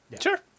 Sure